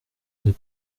les